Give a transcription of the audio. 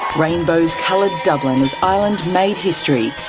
rainbows coloured dublin as ireland made history.